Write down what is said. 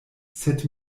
sed